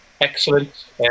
excellent